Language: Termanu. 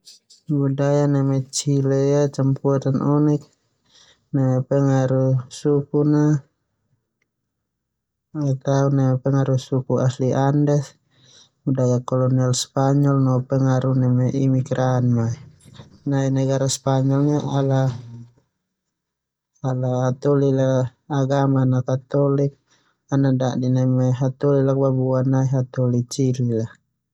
Budaya Chili ia campuran unik neme pengaruh suku asli Andes, budaya kolonial spanyol no pengaruh imigran. Nai negara spanyol ala menganut agama Khatolik a dadi penyatuan nai hataholi Chili.